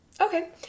Okay